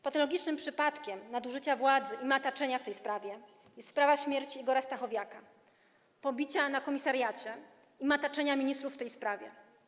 Patologicznym przypadkiem nadużycia władzy i mataczenia w tej sprawie jest sprawa śmierci Igora Stachowiaka, pobicia na komisariacie i mataczenia ministrów w tej sprawie.